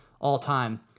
all-time